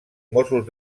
mossos